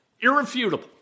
Irrefutable